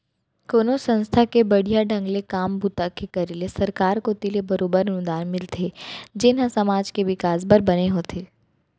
कोनो संस्था के बड़िहा ढंग ले काम बूता के करे ले सरकार कोती ले बरोबर अनुदान मिलथे जेन ह समाज के बिकास बर बने होथे